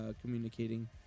communicating